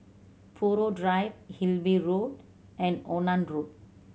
Buroh Drive Hillview Road and Onan Road